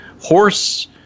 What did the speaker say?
horse